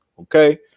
okay